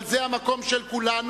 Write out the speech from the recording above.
אבל זה המקום של כולנו,